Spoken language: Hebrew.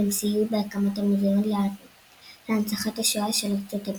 והם סייעו בהקמת המוזיאון להנצחת השואה של ארצות הברית.